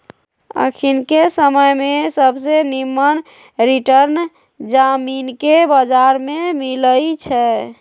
अखनिके समय में सबसे निम्मन रिटर्न जामिनके बजार में मिलइ छै